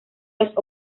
los